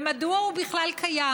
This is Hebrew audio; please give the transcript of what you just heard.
ומדוע הוא בכלל קיים?